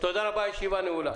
תודה רבה, הישיבה נעולה.